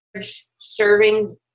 serving